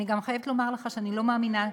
אני גם חייבת לומר לך שאני לא מאמינה,